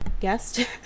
guest